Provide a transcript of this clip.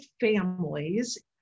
families